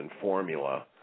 formula